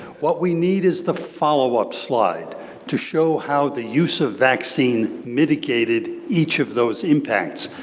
what we need is the follow-up slide to show how the use of vaccine mitigated each of those impacts,